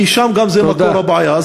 כי שם מקור הבעיה.